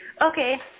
Okay